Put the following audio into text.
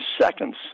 seconds